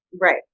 Right